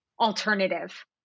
alternative